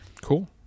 Cool